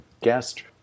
guest